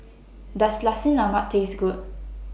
Does Nasi Lemak Taste Good